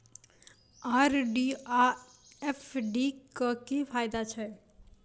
RD आ FD क की फायदा छै?